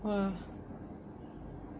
!wah!